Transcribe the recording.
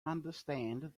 understand